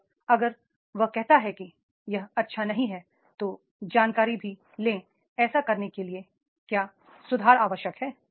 और अगर वह कहता है कि यह अच्छा नहीं है तो जानकारी भी लें ऐसा करने के लिए क्या सुधार आवश्यक है